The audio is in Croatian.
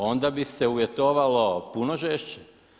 Onda bi se uvjetovalo puno žešće.